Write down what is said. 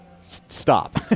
Stop